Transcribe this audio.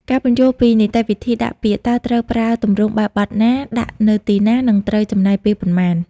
ការពន្យល់ពីនីតិវិធីដាក់ពាក្យ តើត្រូវប្រើទម្រង់បែបបទណា ដាក់នៅទីណា និងត្រូវចំណាយពេលប៉ុន្មាន។